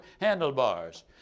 handlebars